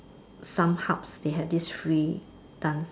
some hubs they have this free dance